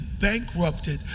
bankrupted